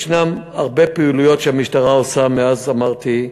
יש הרבה פעילויות שהמשטרה עושה, אמרתי,